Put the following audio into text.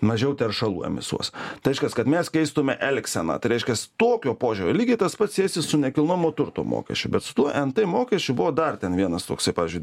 mažiau teršalų emisuos tai reiškias kad mes keistume elgseną tai reiškias tokio požiūrio lygiai tas pats siejasi su nekilnojamo turto mokesčiu bet su tuo nt mokesčiu buvo dar ten vienas toksai pavyzdžiui